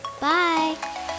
Bye